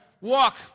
walk